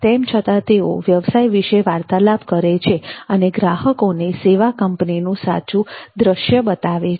તેમ છતાં તેઓ વ્યવસાય વિશે વાર્તાલાપ કરે છે અને ગ્રાહકોને સેવા કંપની નું સાચું દ્રશ્ય બતાવે છે